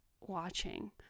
watching